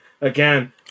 Again